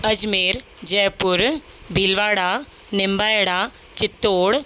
Ajmer Jaipur Bhilwara Nimbahera Chittor